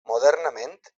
modernament